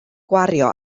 gwario